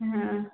हाँ